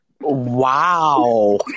Wow